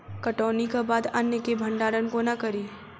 कटौनीक बाद अन्न केँ भंडारण कोना करी?